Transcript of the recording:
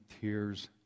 tears